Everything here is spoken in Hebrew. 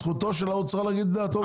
זכותו של האוצר להגיד את דעתו גם